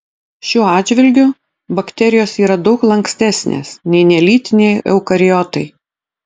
šiuo atžvilgiu bakterijos yra daug lankstesnės nei nelytiniai eukariotai